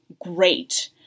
great